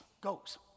goes